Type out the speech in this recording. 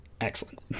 Excellent